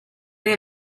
they